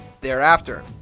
thereafter